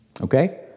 okay